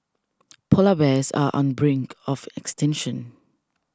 Polar Bears are on brink of extinction